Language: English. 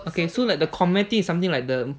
okay so like the community is something like the